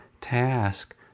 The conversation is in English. task